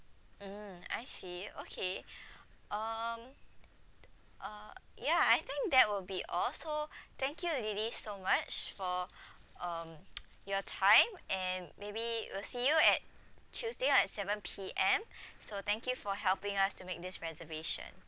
mm I see okay um uh yeah I think that will be all so thank you lily so much for um your time and maybe we'll see you at tuesday at seven P_M so thank you for helping us to make this reservation